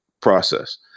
process